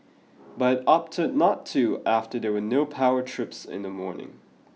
but it opted not to after there were no power trips in the morning